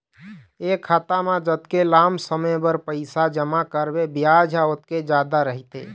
ए खाता म जतके लाम समे बर पइसा जमा करबे बियाज ह ओतके जादा रहिथे